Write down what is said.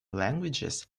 languages